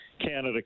Canada